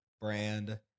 brand